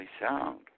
sound